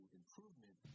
improvement